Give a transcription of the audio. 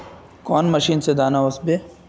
कौन मशीन से दाना ओसबे?